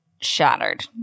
shattered